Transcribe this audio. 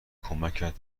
کمکت